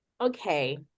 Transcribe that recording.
okay